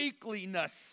weakliness